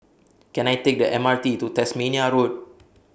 Can I Take The M R T to Tasmania Road